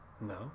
No